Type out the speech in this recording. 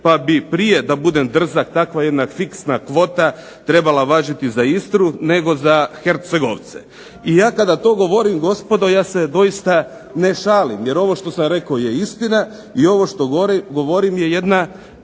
pa bi prije da budem drzak takva jedna fiksna kvota trebala važiti za Istru, nego za Hercegovce. I ja kada to govorim gospodo, ja se doista ne šalim, jer ovo što sam rekao je istina i ovo što govorim je jedna